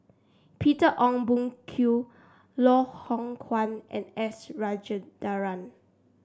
Peter Ong Boon Kwee Loh Hoong Kwan and S Rajendran